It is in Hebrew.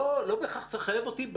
לא בהכרח צריך לחייב אותי.